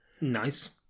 nice